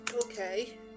Okay